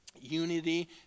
Unity